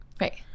Right